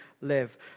live